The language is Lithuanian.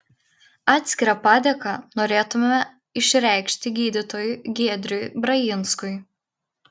atskirą padėką norėtume išreikšti gydytojui giedriui brajinskui